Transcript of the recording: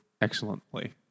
excellently